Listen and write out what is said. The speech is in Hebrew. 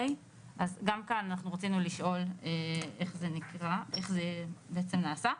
גם כאן, אנחנו רצינו לשאול איך זה בעצם נעשה.